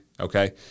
okay